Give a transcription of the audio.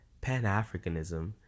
Pan-Africanism